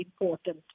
important